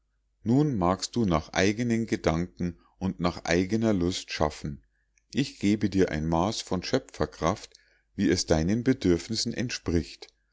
nun magst du nach eigenen gedanken und nach eigener lust schaffen ich gebe dir ein maß von schöpferkraft wie es deinen bedürfnissen entspricht